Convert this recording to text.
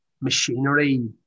machinery